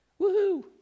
Woohoo